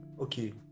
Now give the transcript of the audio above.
Okay